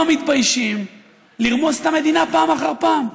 לא מתביישים לרמוס את המדינה פעם אחר פעם.